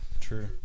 True